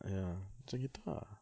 ya macam gitu lah